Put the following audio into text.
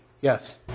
Yes